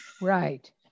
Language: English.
Right